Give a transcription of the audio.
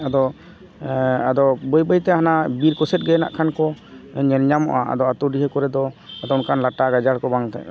ᱟᱫᱚ ᱟᱫᱚ ᱵᱟᱹᱭ ᱵᱟᱹᱭᱛᱮ ᱦᱟᱱᱟ ᱵᱤᱨᱠᱚ ᱥᱮᱫᱜᱮ ᱠᱷᱟᱱᱠᱚ ᱧᱮᱧᱟᱢᱚᱜᱼᱟ ᱟᱫᱚ ᱟᱛᱩ ᱰᱤᱦᱟᱹ ᱠᱚᱨᱮᱫᱚ ᱟᱫᱚ ᱚᱱᱠᱟᱱ ᱞᱟᱴᱟ ᱜᱟᱡᱟᱲᱠᱚ ᱵᱟᱝ